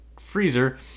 freezer